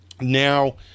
now